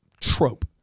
trope